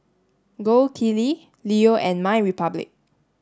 Gold Kili Leo and MyRepublic